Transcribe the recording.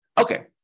Okay